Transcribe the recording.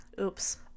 Oops